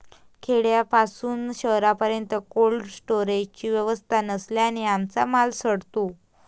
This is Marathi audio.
खेड्यापासून शहरापर्यंत कोल्ड स्टोरेजची व्यवस्था नसल्याने आमचा माल सडतो